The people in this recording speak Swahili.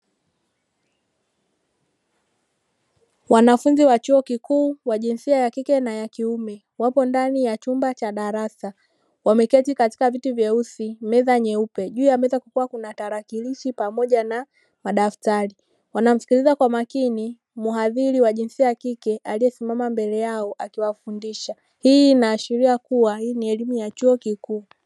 Wanafunzi wa chuo kikuu wa jinsia ya kike na ya kiume wapo ndani ya chumba cha darasa. Wameketi kwenye viti vyeusi, meza nyeupe. Juu ya meza kulikuwa kuna tarakilishi pamoja na madaftari. Wanamsikiliza kwa makini mhadhiri wa jinsia ya kike aliyesimama mbele yao akiwafundisha. Hii inaashiria kuwa hii ni elimu ya chuo kikuu.